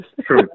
True